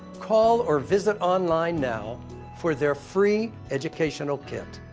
call or visit online now for their free educational kit.